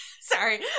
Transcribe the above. Sorry